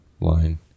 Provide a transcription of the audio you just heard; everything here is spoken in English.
line